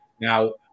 Now